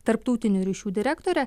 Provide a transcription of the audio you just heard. tarptautinių ryšių direktore